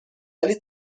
ولی